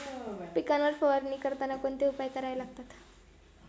पिकांवर फवारणी करताना कोणते उपाय करावे लागतात?